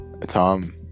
Tom